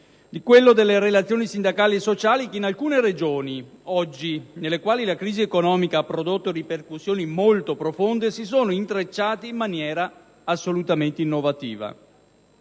quello delle relazioni sindacali e sociali, che in alcune delle Regioni nelle quali la crisi economica ha prodotto ripercussioni molto profonde, esse si sono intrecciate in maniera assolutamente innovativa.